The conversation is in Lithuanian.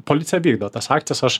policija vykdo tas akcijas aš